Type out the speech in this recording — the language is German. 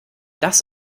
das